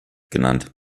genannt